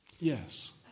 yes